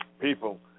people